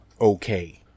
okay